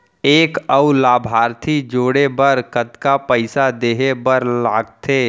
एक अऊ लाभार्थी जोड़े बर कतका पइसा देहे बर लागथे?